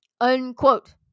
unquote